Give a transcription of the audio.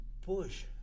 push